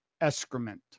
excrement